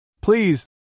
Please